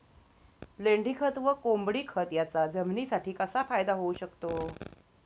लेंडीखत व कोंबडीखत याचा जमिनीसाठी कसा फायदा होऊ शकतो?